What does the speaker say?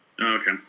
Okay